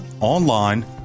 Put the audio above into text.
online